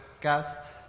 gas